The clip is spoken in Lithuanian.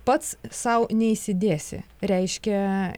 pats sau neįsidėsi reiškia